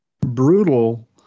brutal